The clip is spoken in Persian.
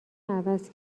عوض